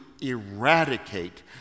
eradicate